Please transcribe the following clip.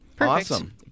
Awesome